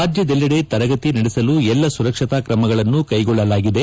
ರಾಜ್ಟದೆಲ್ಲೆಡೆ ತರಗತಿ ನಡೆಸಲು ಎಲ್ಲಾ ಸುರಕ್ಷತಾ ಕ್ರಮಗಳನ್ನು ಕೈಗೊಳ್ಳಲಾಗಿದೆ